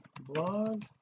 blog